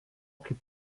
kaip